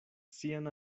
sian